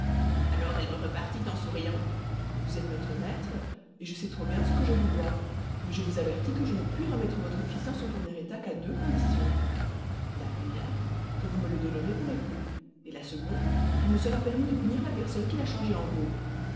alors elle me repartit en souriant vous êtes notre maître et je sais trop bien ce que je vous dois mais je vous avertis que je ne puis remettre votre fils dans son premier état qu'à deux conditions la première que vous me le donnerez pour époux et la seconde qu'il me sera permis de punir la personne qui l'a changé en veau